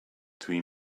three